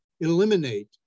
eliminate